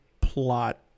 plot